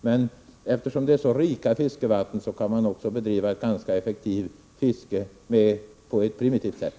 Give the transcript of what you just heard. Men eftersom det är så rika fiskevatten kan man också bedriva ett ganska effektivt fiske på ett primitivt sätt.